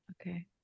okay